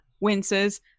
winces